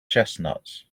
chestnuts